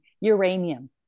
Uranium